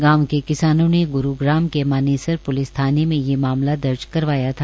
गांव के किसानों ने ग्रूग्राम के मानेसर प्लिस थाने में यह मामला दर्ज करवाया था